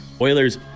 Oilers